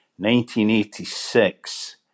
1986